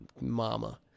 mama